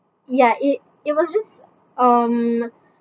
ya it it was just um